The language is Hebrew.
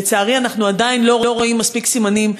לצערי, אנחנו עדיין לא רואים מספיק סימנים.